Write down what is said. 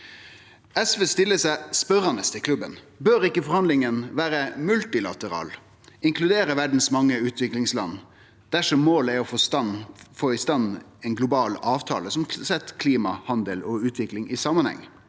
SV stiller seg spørjande til klubben. Bør ikkje forhandlingane vere multilaterale og inkludere verdas mange utviklingsland dersom målet er å få i stand ein global avtale som set klima, handel og utvikling i samanheng?